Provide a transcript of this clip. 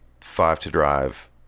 five-to-drive